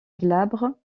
glabre